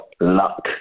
luck